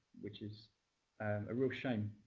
which is a real shame.